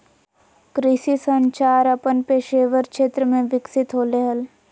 कृषि संचार अपन पेशेवर क्षेत्र में विकसित होले हें